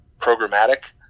programmatic